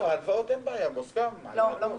ההלוואות - התקופה לא מוסכמת.